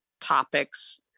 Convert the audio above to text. topics